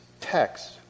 text